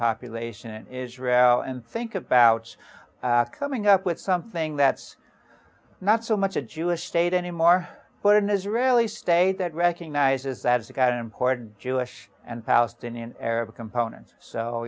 population in israel and think about coming up with something that's not so much a jewish state anymore but an israeli state that recognizes that it's got important jewish and palestinian arab components so